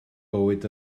bywyd